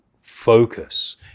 focus